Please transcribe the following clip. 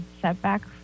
setbacks